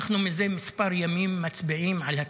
אנחנו מזה מספר ימים מצביעים על התקציב.